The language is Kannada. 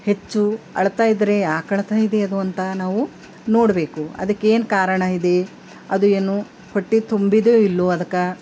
ಹೆಚ್ಚು ಅಳ್ತಾಯಿದ್ದರೆ ಯಾಕೆ ಅಳ್ತಾಯಿದೆ ಅದು ಅಂತ ನಾವು ನೋಡಬೇಕು ಅದಕ್ಕೇನು ಕಾರಣ ಇದೆ ಅದು ಏನು ಹೊಟ್ಟೆ ತುಂಬಿದೆ ಇಲ್ವೋ ಅದಕ್ಕೆ